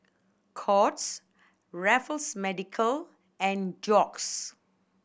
Courts Raffles Medical and Doux